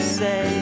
say